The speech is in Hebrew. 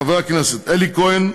חברי הכנסת אלי כהן,